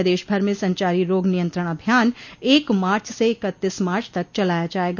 प्रदेश भर में संचारी रोग नियंत्रण अभियान एक मार्च से इकत्तीस मार्च तक चलाया जायेगा